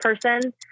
person